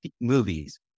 movies